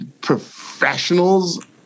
professionals